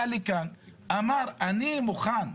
ואמר: אני מוכן,